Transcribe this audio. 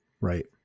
Right